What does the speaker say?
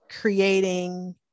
creating